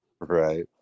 Right